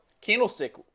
candlestick